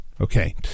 Okay